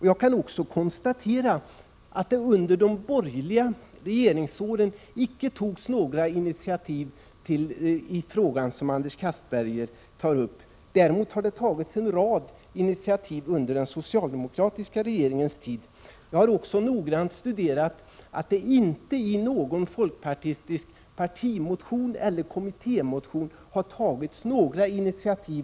Jag kan också konstatera att det under de borgerliga regeringsåren icke togs några initiativ i den fråga som Anders Castberger tar upp. Däremot har det tagits en rad initiativ under den socialdemokratiska regeringens tid. Jag har också fått noggrant bekräftat att det inte i någon folkpartistisk partimotion eller kommittémotion har tagits något initiativ.